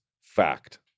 Fact